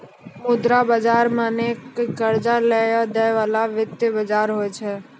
मुद्रा बजार मने कि कर्जा लै या दै बाला वित्तीय बजार होय छै